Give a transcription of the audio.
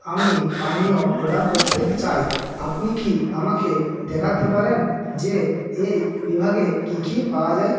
আমি পানীয় অর্ডার করতে চাই আপনি কি আমাকে দেখাতে পারেন যে এই বিভাগে কী কী পাওয়া যায়